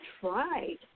tried